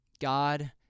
God